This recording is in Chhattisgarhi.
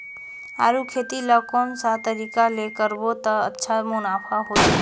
आलू खेती ला कोन सा तरीका ले करबो त अच्छा मुनाफा होही?